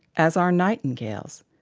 as are nightingales,